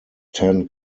tan